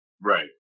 Right